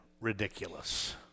ridiculous